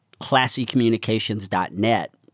classycommunications.net